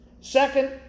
Second